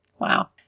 Wow